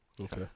Okay